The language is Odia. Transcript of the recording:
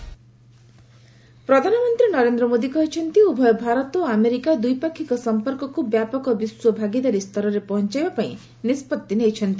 ଟ୍ରମ୍ପ୍ ଭିଜିଟ୍ ପ୍ରଧାନମନ୍ତ୍ରୀ ନରେନ୍ଦ୍ର ମୋଦୀ କହିଛନ୍ତି ଉଭୟ ଭାରତ ଓ ଆମେରିକା ଦ୍ୱିପାପକ୍ଷିକ ସମ୍ପର୍କକ୍ ବ୍ୟାପକ ବିଶ୍ୱ ଭାଗିଦାରୀ ସ୍ତରରେ ପହଞ୍ଚାଇବା ପାଇଁ ନିଷ୍ପଭି ନେଇଛନ୍ତି